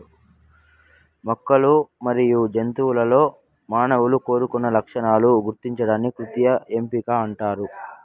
మొక్కలు మరియు జంతువులలో మానవులు కోరుకున్న లక్షణాలను గుర్తించడాన్ని కృత్రిమ ఎంపిక అంటారు